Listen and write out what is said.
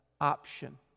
option